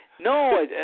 No